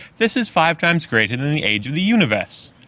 this is five times greater than the age of the universe,